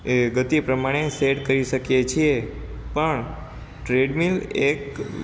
એ ગતિ પ્રમાણે સેટ કરી શકીએ છીએ પણ ટ્રેડમિલ એક